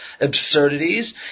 absurdities